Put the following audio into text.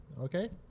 okay